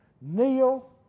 Kneel